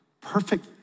perfect